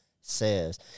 says